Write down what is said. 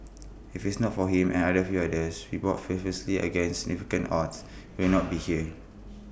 if is not for him and A few others who fought fearlessly against significant odds we will not be here